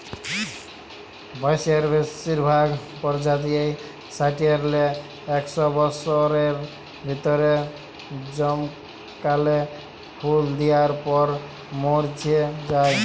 বাঁসের বেসিরভাগ পজাতিয়েই সাট্যের লে একস বসরের ভিতরে জমকাল্যা ফুল দিয়ার পর মর্যে যায়